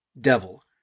Devil